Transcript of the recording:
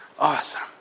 Awesome